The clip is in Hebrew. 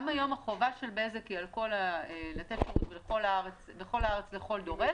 גם היום החובה של בזק היא לתת בכל הארץ לכל דורש.